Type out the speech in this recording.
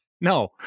no